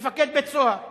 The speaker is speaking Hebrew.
מפקד בית-סוהר,